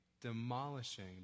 demolishing